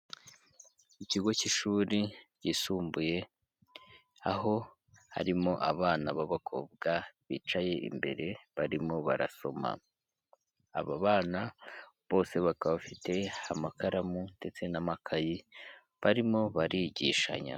Ikigo cy'ishuri ryisumbuye, aho harimo abana b'abakobwa bicaye imbere, barimo barasoma, abo bana bose bakaba bafite amakaramu ndetse n'amakayi, barimo barigishanya.